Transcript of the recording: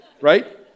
Right